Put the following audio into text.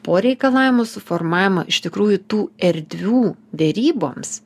po reikalavimų suformavimo iš tikrųjų tų erdvių deryboms